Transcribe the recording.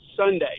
sunday